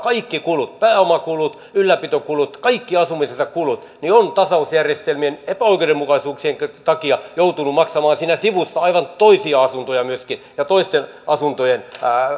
kaikki kulut pääomakulut ylläpitokulut kaikki asumisensa kulut on tasausjärjestelmien epäoikeudenmukaisuuksien takia joutunut maksamaan siinä sivussa aivan toisia asuntoja myöskin ja toisten asuntojen